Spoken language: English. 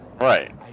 Right